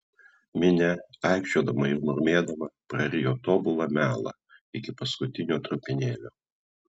minia aikčiodama ir murmėdama prarijo tobulą melą iki paskutinio trupinėlio